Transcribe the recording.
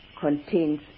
contains